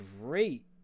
great